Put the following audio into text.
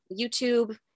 YouTube